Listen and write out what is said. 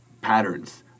patterns